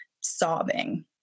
sobbing